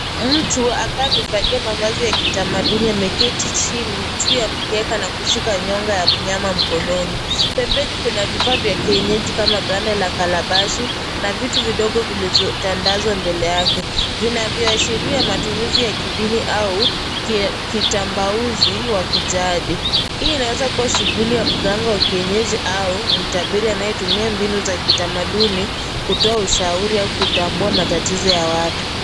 Mtu ambaye amevalia mavazi ya kitamaduni ameketi chini juu ya mkeka na kushika nyonga ya mnyama mkononi. Pembeni kuna vifaa vya kienyeji kama ganda la kalabashi, na vitu vidogo vilivyotandazwa mbele yake. Vinavyoashiria matumizi ya kidini au, kitambauzi wa kijadi. Hii inawezakuwa shughuli ya mganga wa kienyeji, au mtabiri anayetumia mbinu za kitamaduni, kutoa ushauri au kutambua matatizo ya watu.